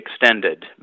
extended